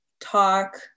talk